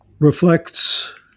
reflects